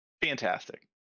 Fantastic